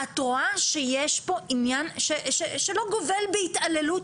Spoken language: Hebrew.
את רואה שיש פה עניין שלא גובל בהתעללות